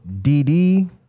DD